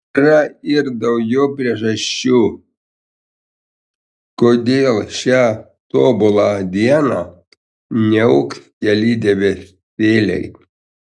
yra ir daugiau priežasčių kodėl šią tobulą dieną niauks keli debesėliai